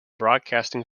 broadcasting